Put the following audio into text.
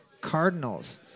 Cardinals